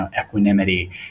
equanimity